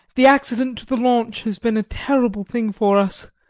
the accident to the launch has been a terrible thing for us.